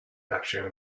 actually